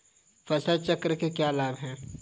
फसल चक्र के क्या लाभ हैं?